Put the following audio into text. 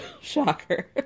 Shocker